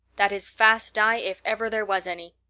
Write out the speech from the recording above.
that is fast dye if ever there was any.